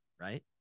right